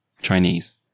Chinese